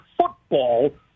football